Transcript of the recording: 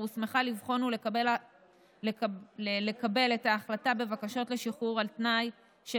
הוסמכה לבחון ולקבל החלטה בבקשות לשחרור על תנאי של